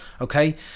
Okay